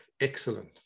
excellent